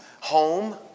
home